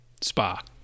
Spa